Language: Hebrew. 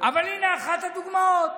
אבל הינה אחת הדוגמאות.